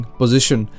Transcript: position